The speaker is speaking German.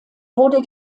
wurde